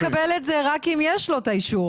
כאן הוא מקבל את זה רק אם יש לו את האישור.